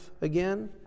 again